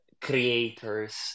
creators